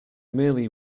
merely